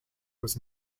was